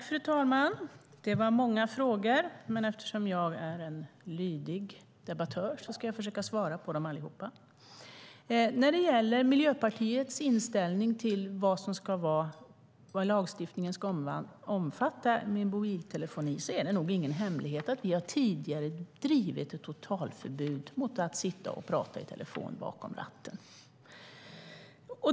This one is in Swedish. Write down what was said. Fru talman! Det var många frågor, men eftersom jag är en lydig debattör ska jag försöka svara på dem alla. När det gäller Miljöpartiets inställning till vad lagstiftningen ska omfatta beträffande mobiltelefoni är det nog ingen hemlighet att vi tidigare drivit frågan om ett totalförbud mot att sitta och tala i telefon bakom ratten.